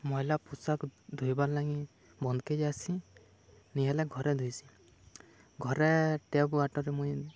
ମଏଲା ପୋଷାକ୍ ଧୁଇବାର୍ ଲାଗି ବନ୍ଧ୍କେ ଯାଏସି ନି ହେଲେ ଘରେ ଧୁଇସିଁ ଘରେ ଟେପ୍ ୱାଟର୍ରେ ମୁଇଁ